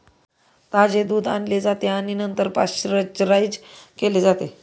ताजे दूध आणले जाते आणि नंतर पाश्चराइज केले जाते